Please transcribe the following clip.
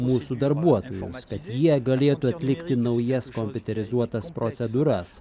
mūsų darbuotojus kad jie galėtų atlikti naujas kompiuterizuotas procedūras